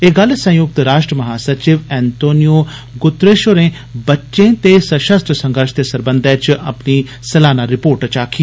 एह् गल्ल संयुक्त राष्ट्र महासचिव एंतोनियो गुतरश होरें बच्चें ते सशस्त्र संघर्ष दे सरबंधै च अपनी सलाना रिर्पोट च आक्खी